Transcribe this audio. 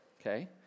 okay